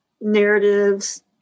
narratives